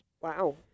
Wow